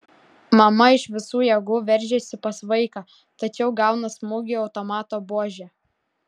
mama iš visų jėgų veržiasi pas vaiką tačiau gauna smūgį automato buože